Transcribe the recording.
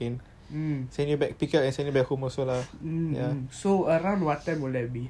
so around what time will that be